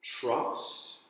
trust